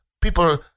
People